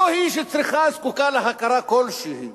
לא היא שצריכה, זקוקה, להכרה כלשהי,